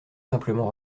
simplement